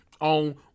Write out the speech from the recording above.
on